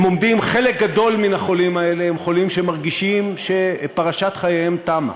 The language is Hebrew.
חלק גדול מהחולים האלה הם חולים שמרגישים שפרשת חייהם תמה.